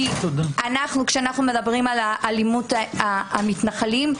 כשאנחנו מדברים על אלימות המתנחלים,